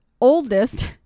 oldest